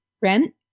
Rent